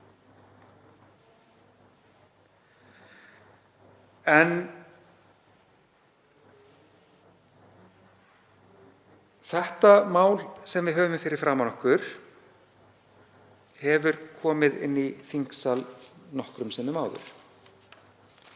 Þetta mál sem við höfum fyrir framan okkur hefur komið inn í þingsal nokkrum sinnum áður.